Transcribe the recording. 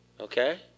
Okay